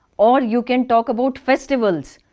or you can talk about festivals,